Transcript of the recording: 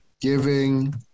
giving